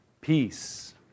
peace